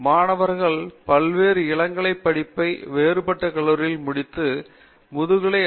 மாணவர்கள் பல்வேறு இளங்கலை படிப்பை வேறுபட்ட கல்லுரிகளில் முடித்து முதுகலைப் பட்டம் எம்